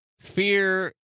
Fear